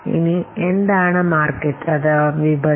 ഇനി എന്താണ് മാർക്കറ്റ് അഥവാ വിപണി